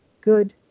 good